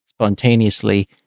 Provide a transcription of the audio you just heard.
spontaneously